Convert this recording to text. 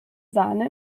sahne